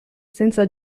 senza